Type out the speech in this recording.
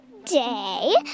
day